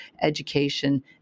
education